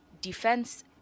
defense